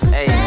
Hey